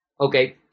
Okay